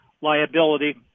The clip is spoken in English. liability